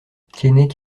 keinec